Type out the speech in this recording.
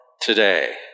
today